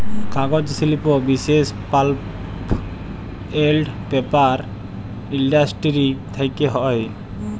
কাগজ শিল্প বিশেষ পাল্প এল্ড পেপার ইলডাসটিরি থ্যাকে হ্যয়